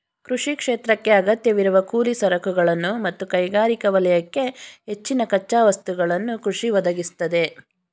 ಕೃಷಿ ಕ್ಷೇತ್ರಕ್ಕೇ ಅಗತ್ಯವಿರುವ ಕೂಲಿ ಸರಕುಗಳನ್ನು ಮತ್ತು ಕೈಗಾರಿಕಾ ವಲಯಕ್ಕೆ ಹೆಚ್ಚಿನ ಕಚ್ಚಾ ವಸ್ತುಗಳನ್ನು ಕೃಷಿ ಒದಗಿಸ್ತದೆ